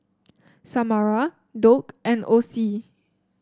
Samara Doug and Osie